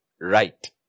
right